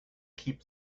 keep